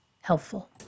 helpful